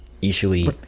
usually